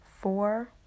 four